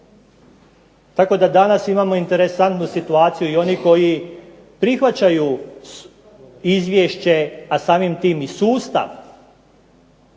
Tako da danas imamo interesantnu situaciju i onih koji prihvaćaju izvješće, a samim tim i sustav